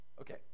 Okay